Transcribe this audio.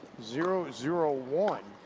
zero zero one.